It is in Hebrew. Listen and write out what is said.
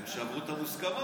הם שברו את המוסכמות.